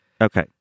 okay